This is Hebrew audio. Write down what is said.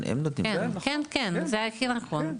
זה הכי נכון.